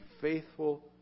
faithful